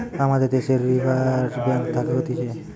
আমাদের দ্যাশের reserve bank থাকে হতিছে